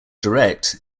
direct